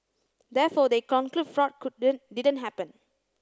therefore they conclude fraud couldn't didn't happen